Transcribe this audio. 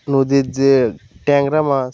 নদীর যে ট্যাংরা মাছ